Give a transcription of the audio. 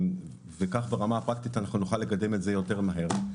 וכך ברמה הפרקטית נוכל לקדם את זה יותר מהר.